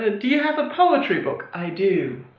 ah do you have a poetry book? i do.